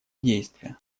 действия